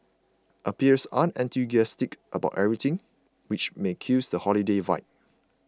appears unenthusiastic about everything which may kills the holiday vibe